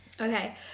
okay